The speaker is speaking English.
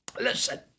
Listen